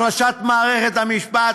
החלשת מערכת המשפט,